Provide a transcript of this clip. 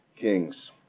kings